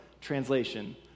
translation